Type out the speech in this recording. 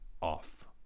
off